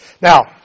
Now